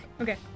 Okay